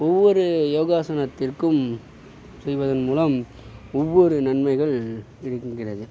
ஒவ்வொரு யோகாசனத்திற்கும் செய்வதன் மூலம் ஒவ்வொரு நன்மைகள் கிடைக்கின்றது